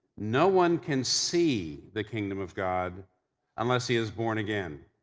no one can see the kingdom of god unless he is born again